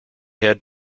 had